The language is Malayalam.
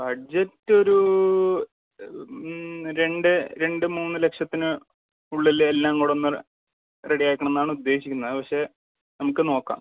ബഡ്ജറ്റ് ഒരു രണ്ട് രണ്ട് മൂന്ന് ലക്ഷത്തിന് ഉള്ളിൽ എല്ലാം കൂടെ ഒന്ന് റെ റെഡി ആകണം എന്നാണ് ഉദ്ദേശിക്കണത് പക്ഷേ നമുക്ക് നോക്കാം